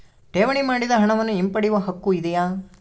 ಠೇವಣಿ ಮಾಡಿದ ಹಣವನ್ನು ಹಿಂಪಡೆಯವ ಹಕ್ಕು ಇದೆಯಾ?